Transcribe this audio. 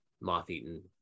moth-eaten